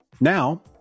Now